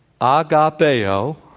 Agapeo